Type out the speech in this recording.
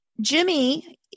Jimmy